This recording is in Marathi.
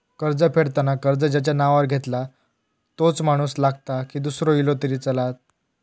कर्ज फेडताना कर्ज ज्याच्या नावावर घेतला तोच माणूस लागता की दूसरो इलो तरी चलात?